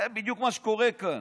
זה בדיוק מה שקורה כאן.